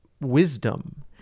wisdom